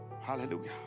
hallelujah